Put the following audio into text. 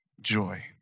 joy